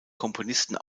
komponisten